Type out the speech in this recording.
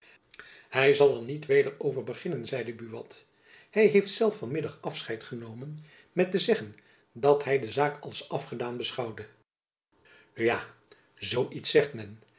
hy zal er niet weder over beginnen zeide buat hy heeft zelf van middag afscheid genomen met te zeggen dat hy de zaak als afgedaan beschouwde nu ja zoo iets zegt men